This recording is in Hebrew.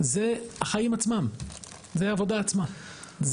זה החיים עצמם, זו העבודה עצמה.